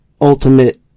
ultimate